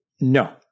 No